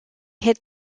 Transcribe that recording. hit